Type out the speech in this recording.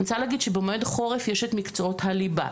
אני רוצה להגיד שבמועד חורף יש את מקצועות הליבה,